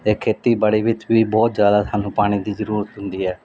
ਇਹ ਖੇਤੀਬਾੜੀ ਵਿੱਚ ਵੀ ਬਹੁਤ ਜ਼ਿਆਦਾ ਸਾਨੂੰ ਪਾਣੀ ਦੀ ਜ਼ਰੂਰਤ ਹੁੰਦੀ ਹੈ